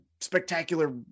spectacular